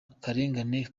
karengane